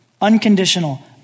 unconditional